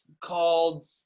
called